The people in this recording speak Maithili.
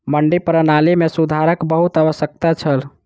मंडी प्रणाली मे सुधारक बहुत आवश्यकता छल